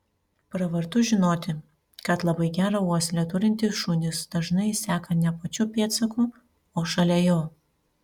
pravartu žinoti kad labai gerą uoslę turintys šunys dažnai seka ne pačiu pėdsaku o šalia jo